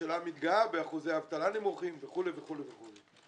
הממשלה מתגאה באחוזי אבטלה נמוכים וכו' וכו' וכו'.